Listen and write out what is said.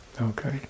okay